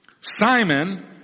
Simon